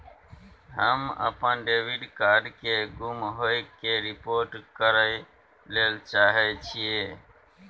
हम अपन debit card के गुम होय के रिपोर्ट करय ले चाहय छियै